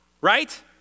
Right